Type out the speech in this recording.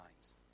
times